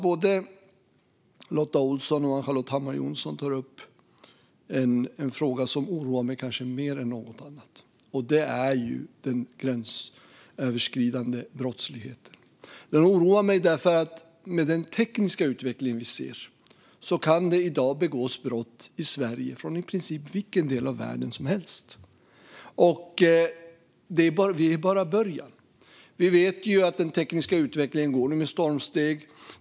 Både Lotta Olsson och Ann-Charlotte Hammar Johnsson tog upp en fråga som kanske oroar mig mer än något annat. Det är den gränsöverskridande brottsligheten. Den oroar mig därför att med den tekniska utveckling vi ser kan det i dag begås brott i Sverige från i princip vilken del av världen som helst. Vi är bara i början. Vi vet att den tekniska utvecklingen går framåt med stormsteg.